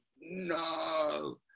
no